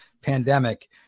pandemic